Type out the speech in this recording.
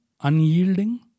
unyielding